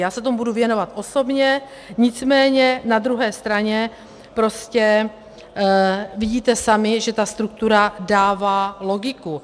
Já se tomu budu věnovat osobně, nicméně na druhé straně prostě vidíte sami, že ta struktura dává logiku.